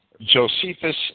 Josephus